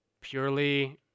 purely